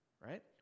right